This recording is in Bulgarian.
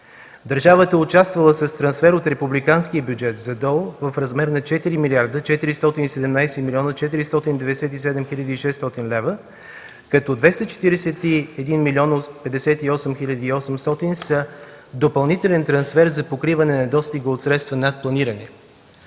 Държавата е участвала с трансфер от републиканския бюджет за ДОО в размер на 4 млрд. 417 млн. 497 хил. 600 лв., като 241 млн. 58 хил. 800 лв. са допълнителен трансфер за покриване недостига от средства над планирания.